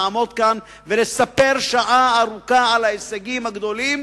לעמוד כאן ולספר שעה ארוכה על ההישגים הגדולים,